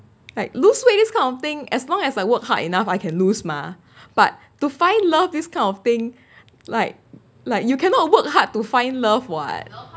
like lose weight this kind of thing as long as I work hard enough I can lose mah but to find love this kind of thing like like you cannot work hard to find love [what]